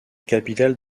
capitale